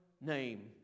name